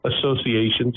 associations